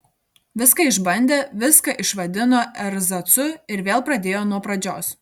viską išbandė viską išvadino erzacu ir vėl pradėjo nuo pradžios